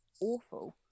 awful